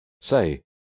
say